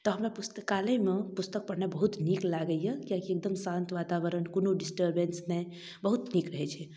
तऽ हमरा पुस्तकालयमे पुस्तक पढ़नाइ बहुत नीक लागैये किएक कि एकदम शान्त वातावरण कोनो डिस्टरबेंस नहि बहुत नीक रहै छै